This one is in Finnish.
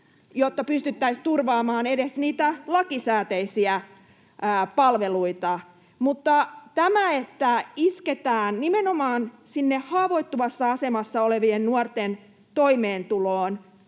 jotta pystyttäisiin turvaamaan edes niitä lakisääteisiä palveluita. Mutta siinä, että isketään nimenomaan sinne haavoittuvassa asemassa olevien nuorten toimeentuloon